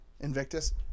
Invictus